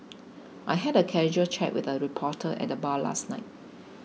I had a casual chat with a reporter at the bar last night